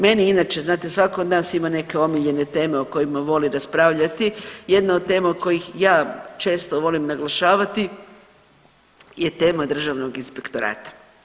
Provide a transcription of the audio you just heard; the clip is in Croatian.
Meni inače, znate svatko od nas ima neke omiljene teme o kojima voli raspravljati, jedna od tema od kojih ja često volim naglašavati je tema Državnog inspektorata.